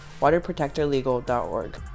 waterprotectorlegal.org